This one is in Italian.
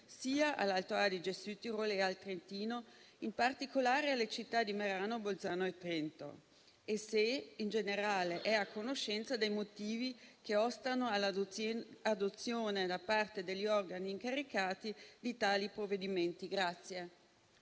sia all'Alto Adige-Südtirol e al Trentino, in particolare, alle città di Merano, Bolzano e Trento e se, in generale, sia a conoscenza dei motivi che ostano all'adozione, da parte degli organi incaricati, di tali provvedimenti.